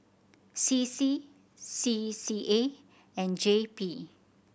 C C C C A and J P